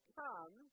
come